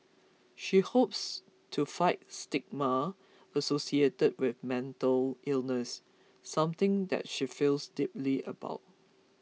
she hopes to fight stigma associated with mental illness something that she feels deeply about